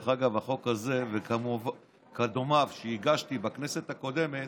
דרך אגב, בחוק הזה ודומיו שהגשתי בכנסת הקודמת,